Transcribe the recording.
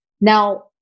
Now